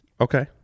Okay